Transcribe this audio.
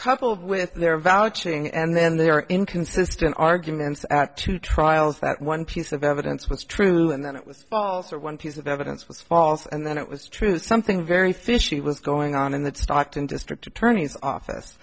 coupled with their valid shing and then they're inconsistent arguments at two trials that one piece of evidence was true and then it was false or one piece of evidence was false and then it was true something very fishy was going on in that stockton district attorney's office